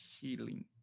healing